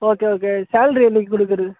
okay okay salary என்றைக்கு கொடுக்றது